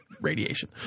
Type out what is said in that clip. radiation